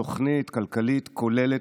תוכנית כלכלית כוללת,